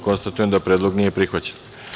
Konstatujem da predlog nije prihvaćen.